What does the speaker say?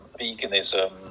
veganism